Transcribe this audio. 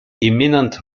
imminent